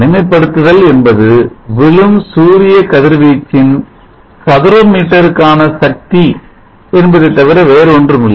தனிமைப்படுத்துதல் என்பது விழும் சூரிய கதிர்வீச்சின் சதுர மீட்டருக்கான சக்தி என்பதைத்தவிர வேறு ஒன்றும் இல்லை